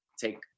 take